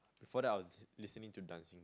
before that I was listening to Dancing Queen